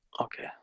Okay